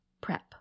prep